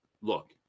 look